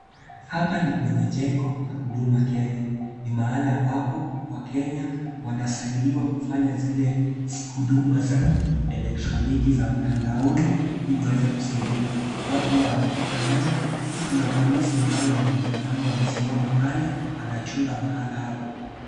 Hapa ni kwenye jengo la Huduma Kenya, ni mahala ambapo wakenya wanasaidiwa kufanya zile huduma za kielektroniki za mtandaoni ili waweze kusaidika watu huwa wanatoka ndani, pia kuna polisi ambaye ni mlindalango amesimama pale anachunga mahala hapo.